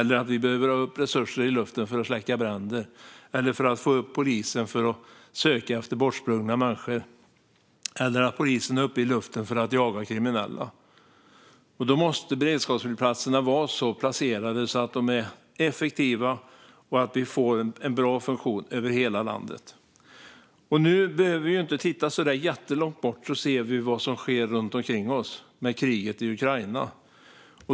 Den behövs när vi ska ha upp resurser i luften för att släcka bränder, när polisen ska söka efter människor som har gått vilse eller när de är uppe i luften för att jaga kriminella. Då måste beredskapsflygplatserna vara placerade så att de är effektiva och så att vi får en bra funktion över hela landet. Nu behöver vi inte titta så jättelångt bort för att se vad som sker runt omkring oss med kriget i Ukraina.